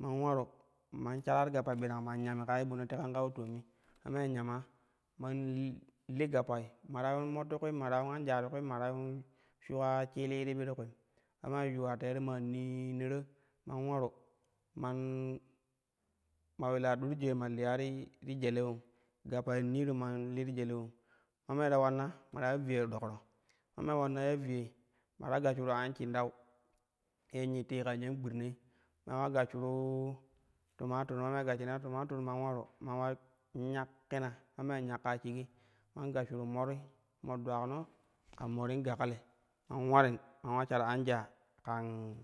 man ularu man shar ar gappa birang man nyammi ka ye ɓo ne tekan ka po toomi ma maa nyama man li li gappai ma ta yuun mar ti kwim, ma ta yuun anjaa ti kwim ma ta yuun shukar shili iribi ti kulim ma maa yuula teere maa minara man waru man ma uliila dur jaai ma liya ti ti jele ulon gappain ninu man li ti jele ulou ma mai ulanna ma ta ya viyei dokro ma maa ulannai ya viyau ma ta gashshira anshindau yen nyitti kan yen gbidinai man ula gashshun tumatur ma maa gashshina tumatur man ulamu man ula nyakkina ma maa nyakka shigi man gashshuru mori, mor dulagno kan morin gakodi man ularin man ula sharu an jaa kan.